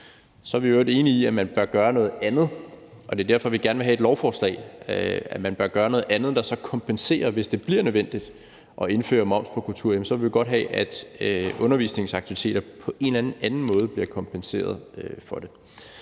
Så er vi i øvrigt enige i, at man bør gøre noget andet – og det er derfor, vi gerne vil have et lovforslag – der så kompenserer, hvis det bliver nødvendigt at indføre moms på kultur, og så vil vi gerne have, at undervisningsaktiviteter på en eller anden anden måde bliver kompenseret for det.